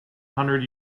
hundred